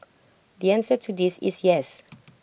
the answer to this is yes